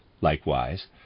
likewise